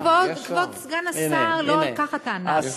כבוד סגן השר, לא על כך הטענה.